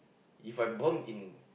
If I born in